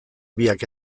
biak